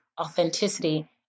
authenticity